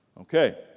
Okay